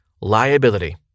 liability